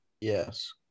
Yes